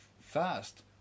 fast